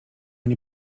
nie